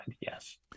yes